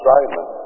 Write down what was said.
Simon